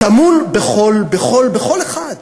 טמון בכל אחד.